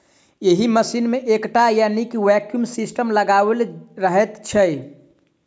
एहि मशीन मे एकटा वैक्यूम सिस्टम लगाओल रहैत छै